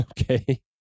Okay